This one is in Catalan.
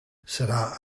serà